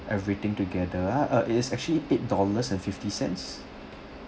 everything together ah uh it is actually eight dollars and fifty cents